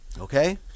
Okay